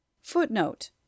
Footnote